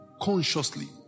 consciously